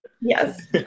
Yes